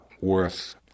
worth